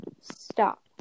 STOP